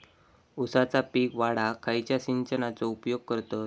ऊसाचा पीक वाढाक खयच्या सिंचनाचो उपयोग करतत?